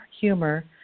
humor